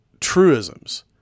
truisms